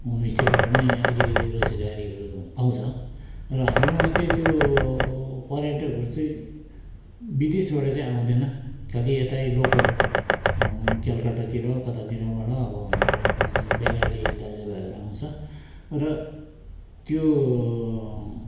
होमस्टेबाट पनि अलिकति रोजगारीहरू पाउँछ र हाम्रोमा चाहिँ त्यो पर्यटकहरू चाहिँ विदेशबाट चाहिँ आउँदैन खालि यतै लोकल कलकत्तातिर कतातिरबाट अब हाम्रो बङ्गाली दाजुभाइहरू आउँछ र त्यो